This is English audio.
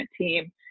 team